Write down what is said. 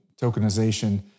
tokenization